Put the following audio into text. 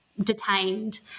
detained